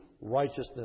righteousness